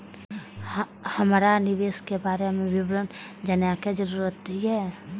हमरा निवेश के बारे में विवरण जानय के जरुरत ये?